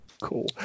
Cool